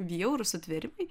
bjaurūs sutvėrimai